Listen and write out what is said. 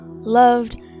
loved